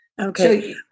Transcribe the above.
Okay